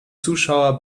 zuschauer